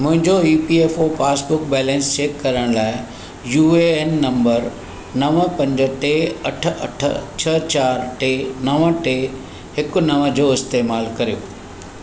मुंहिंजो E P F O passbook balance check करण लाइ यू ए एन नंबर नव पंज टे अठ अठ छह चारि टे नव टे हिकु नव जो इस्तेमालु कर्यो